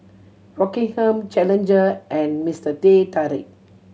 Rockingham Challenger and Mister Teh Tarik